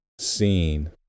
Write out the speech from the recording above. seen